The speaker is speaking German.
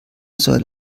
soll